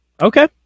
Okay